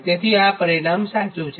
તેથી આ પરિણામ સાચું છે